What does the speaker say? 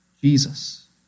Jesus